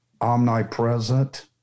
omnipresent